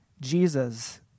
Jesus